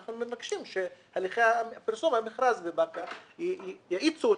אנחנו מבקשים שהליכי פרסום המכרז בבאקה יואץ,